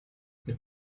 mit